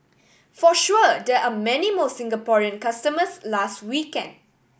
for sure there are many more Singaporean customers last weekend